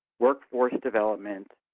workforce development,